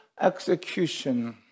execution